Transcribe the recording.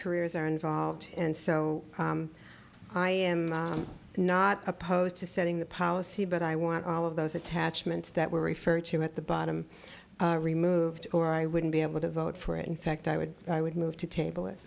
careers are involved and so i am not opposed to setting the policy but i want all of those attachments that were referred to at the bottom removed or i wouldn't be able to vote for it in fact i would i would move to table it